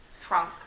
Trunk